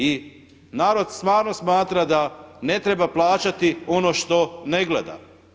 I narod stvarno smatra da ne treba plaćati ono što ne gleda.